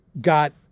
got